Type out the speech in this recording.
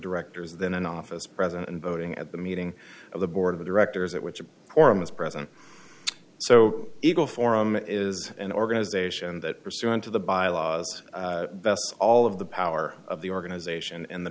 directors than an office president and voting at the meeting of the board of directors at which a forum is present so eagle forum is an organization that pursuant to the bylaws bests all of the power of the organization and the